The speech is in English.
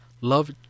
Love